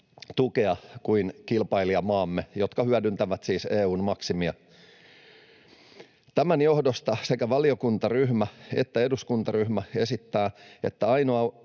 tukea kuin kilpailijamaamme, jotka hyödyntävät siis EU:n maksimia. Tämän johdosta sekä valiokuntaryhmä että eduskuntaryhmä esittävät, että ainoa